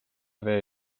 vee